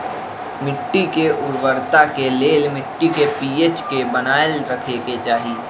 मिट्टी के उर्वरता के लेल मिट्टी के पी.एच के बनाएल रखे के चाहि